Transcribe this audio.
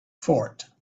fort